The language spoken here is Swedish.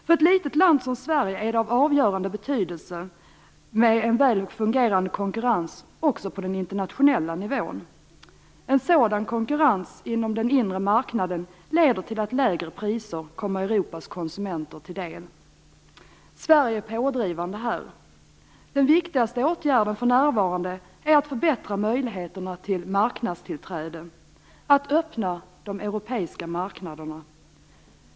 För ett litet land som Sverige är det av avgörande betydelse med en väl fungerande konkurrens också på den internationella nivån. En sådan konkurrens inom den inre marknaden leder till att lägre priser kommer Europas konsumenter till del. Här är Sverige pådrivande. Den viktigaste åtgärden är för närvarande att förbättra möjligheterna till marknadstillträde, att öppna de europeiska marknaderna.